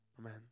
Amen